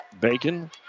Bacon